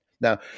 Now